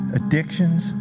addictions